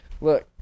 Look